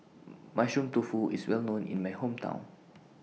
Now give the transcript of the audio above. Mushroom Tofu IS Well known in My Hometown